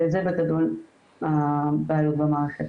זה בגדול הבעיות במערכת.